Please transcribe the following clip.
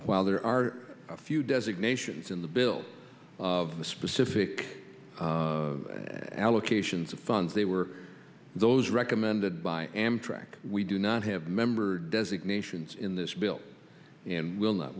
while there are a few designations in the bill of the specific allocations of funds they were those recommended by amtrak we do not have member designations in this bill will not